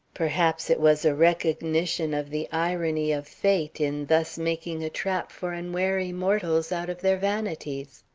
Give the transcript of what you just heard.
perhaps it was a recognition of the irony of fate in thus making a trap for unwary mortals out of their vanities.